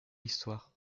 histoire